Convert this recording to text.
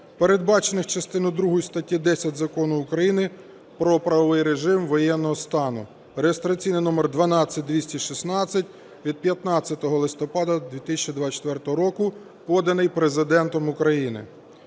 передбачених частиною другою статті 10 Закону України "Про правовий режим воєнного стану" (реєстраційний номер 12216 від 15 листопада 2024 року), поданий Президентом України.